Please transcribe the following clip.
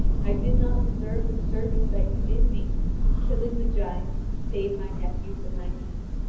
i did not deserve the service that you did me in killing the giant to save my nephews and my niece.